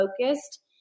focused